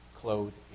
clothed